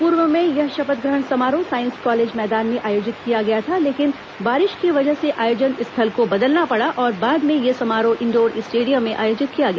पूर्व में यह शपथ ग्रहण समारोह साईस कॉलेज मैदान में आयोजित किया गया था लेकिन बारिश की वजह से आयोजन स्थल को बदलना पड़ा और बाद में यह समारोह इंडोर स्टेडियम में आयोजित किया गया